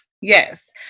Yes